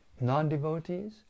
non-devotees